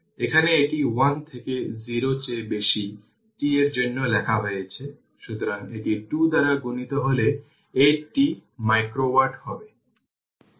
এখন আপনি যদি এই চিত্রে আসেন প্রথমে ধরুন যদি এই ভোল্টেজ v হয়